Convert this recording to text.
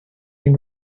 been